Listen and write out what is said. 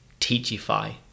Teachify